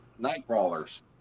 Nightcrawlers